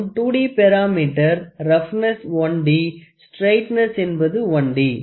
மற்றும் 2D parameter roughness 1D straightness என்பது 1D